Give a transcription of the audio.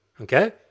Okay